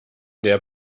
der